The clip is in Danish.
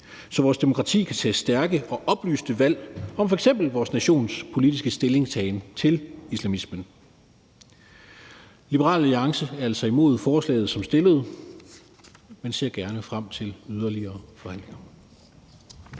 så vores demokrati kan tage stærke og oplyste valg om f.eks. vores nations politiske stillingtagen til islamismen. Liberal Alliance er altså imod forslaget som fremsat, men ser gerne frem til yderligere forhandlinger.